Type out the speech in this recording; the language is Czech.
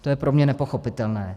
To je pro mě nepochopitelné.